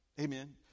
amen